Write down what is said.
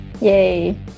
Yay